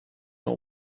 know